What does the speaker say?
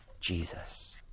Jesus